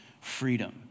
freedom